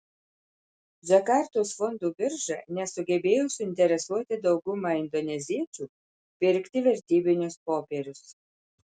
džakartos fondų birža nesugebėjo suinteresuoti daugumą indoneziečių pirkti vertybinius popierius